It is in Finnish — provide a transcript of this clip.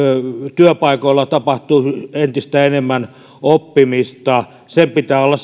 työpaikoilla tapahtuu entistä enemmän oppimista sen työpaikkaohjaajan pitää olla